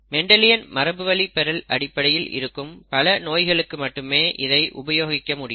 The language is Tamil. மெண்டலியன் மரபுவழி பெறல் அடிப்படையில் இருக்கும் பல நோய்களுக்கு மட்டுமே இதை உபயோகிக்க முடியும்